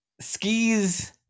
Skis